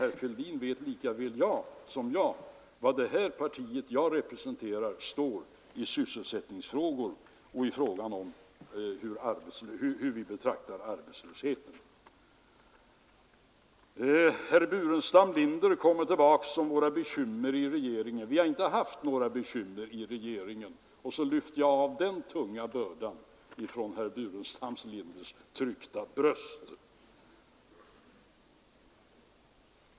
Herr Fälldin vet lika väl som jag var det parti som jag representerar står i sysselsättningsfrågor och i vårt sätt att betrakta arbetslöshet. Herr Burenstam Linder kommer tillbaka till våra bekymmer i regeringen. Vi har inte haft några bekymmer i regeringen! Genom att säga det lyfter jag den tunga bördan från herr Burenstam Linders tryckta bröst.